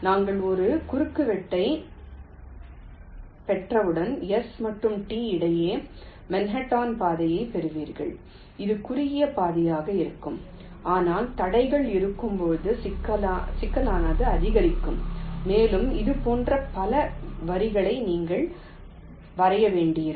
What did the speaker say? நாங்கள் ஒரு குறுக்குவெட்டைப் பெற்றவுடன் S மற்றும் T இடையே மன்ஹாட்டன் பாதையைப் பெறுவீர்கள் அது குறுகிய பாதையாக இருக்கும் ஆனால் தடைகள் இருக்கும்போது சிக்கலானது அதிகரிக்கிறது மேலும் இதுபோன்ற பல வரிகளை நீங்கள் வரைய வேண்டியிருக்கும்